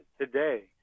today